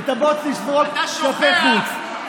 את הבוץ לשפוך כלפי חוץ.